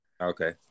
okay